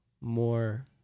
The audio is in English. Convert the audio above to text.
more